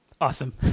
Awesome